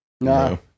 No